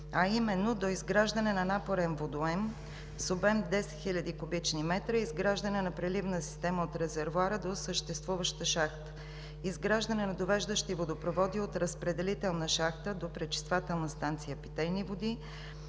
а именно: - доизграждане на напорен водоем с обем 10 хил. куб. м и изграждане на преливна система от резервоара до съществуваща шахта; - изграждане на довеждащи водопроводи от разпределителната шахта до пречиствателната станция за питейни води